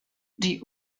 die